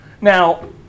Now